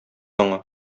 аңа